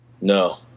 No